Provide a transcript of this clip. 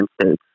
states